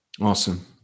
Awesome